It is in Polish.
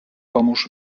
pomóż